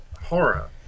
horror